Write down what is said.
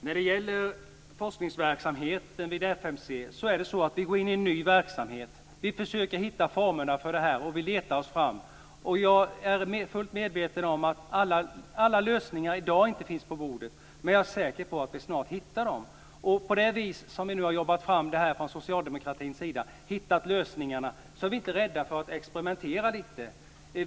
Fru talman! När det gäller forskningsverksamheten vid FMC är det så att vi går in i en ny verksamhet. Vi försöker hitta formerna för denna. Vi letar oss fram. Jag är fullt medveten om att alla lösningar inte finns på bordet i dag, men jag är säker på att vi snart hittar dem. Efter att ha arbetat fram det här från socialdemokratins sida och hittat lösningarna är vi inte rädda för att experimentera lite.